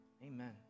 Amen